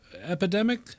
epidemic